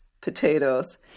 potatoes